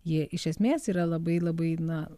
jie iš esmės yra labai labai na